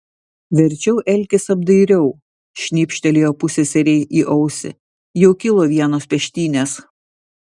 verčiau elkis apdairiau šnypštelėjo pusseserei į ausį jau kilo vienos peštynės